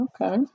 Okay